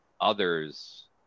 others